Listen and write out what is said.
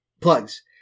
plugs